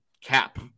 cap